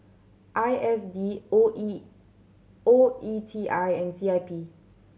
I S D O E O E T I and C I P